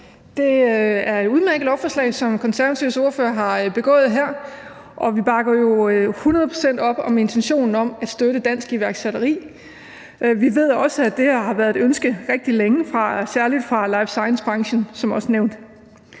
Det er jo et udmærket forslag, som Konservatives ordfører her har begået, og vi bakker jo hundrede procent op om intentionen om at støtte dansk iværksætteri. Vi ved også, at det her har været et ønske rigtig længe, særlig fra life science-branchen, som også nævnt.